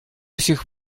сих